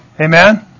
Amen